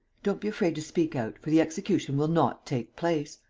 don't be afraid to speak out, for the execution will not take place.